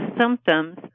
symptoms